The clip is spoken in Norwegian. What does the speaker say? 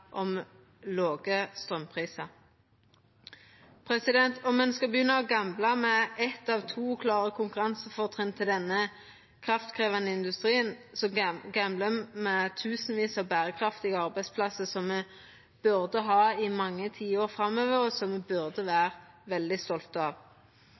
om låge straumprisar. Om ein skal begynna å gambla med eitt av to klare konkurransefortrinn til denne kraftkrevjande industrien, gamblar ein med tusenvis av berekraftige arbeidsplassar som me burde ha i mange tiår framover, og som me burde